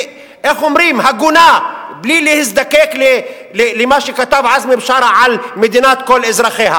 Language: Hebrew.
והגונה מבלי להזדקק למה שכתב עזמי בשארה על מדינת כל אזרחיה